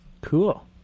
Cool